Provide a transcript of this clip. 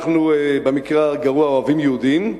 אנחנו במקרה הגרוע אוהבים יהודים,